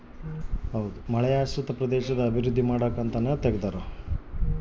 ಮಳೆಯಾಶ್ರಿತ ಪ್ರದೇಶದ ಅಭಿವೃದ್ಧಿ ಮಾಡಕ ಅಂತ ತೆಗ್ದಾರ